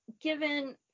given